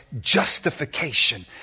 justification